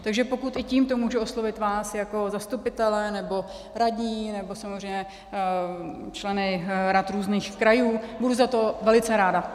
Takže pokud i tímto můžu oslovit vás jako zastupitele nebo radní nebo samozřejmě členy rad různých krajů, budu za to velice ráda.